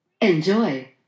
Enjoy